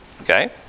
Okay